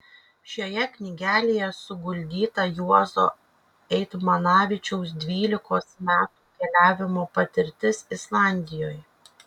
šioje knygelėje suguldyta juozo eitmanavičiaus dvylikos metų keliavimo patirtis islandijoje